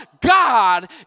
God